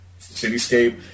cityscape